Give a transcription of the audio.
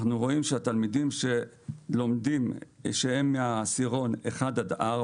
אנחנו רואים שהתלמידים שלומדים שהם מהעשירון 1-4,